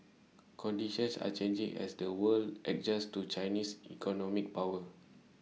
conditions are changing as the world adjusts to Chinese economic power